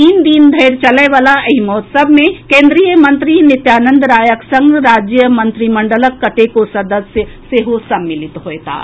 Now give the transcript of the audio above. तीन दिन धरि चलय वला एहि महोत्सव मे कोन्द्रीय मंत्री नित्यानंद रायक संग राज्य मंत्रिमंडल कतेको सदस्य सेहो सम्मिलित होयताह